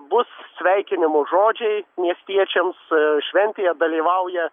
bus sveikinimų žodžiai miestiečiams šventėje dalyvauja